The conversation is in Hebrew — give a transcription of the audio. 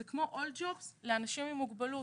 זה כמו "אול ג'ובס" לאנשים עם מוגבלות.